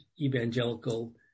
evangelical